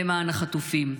למען החטופים.